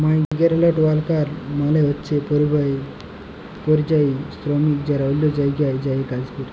migrant worker মালে হছে পরিযায়ী শরমিক যারা অল্য জায়গায় যাঁয়ে কাজ ক্যরে